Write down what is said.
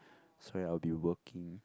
sorry I will be working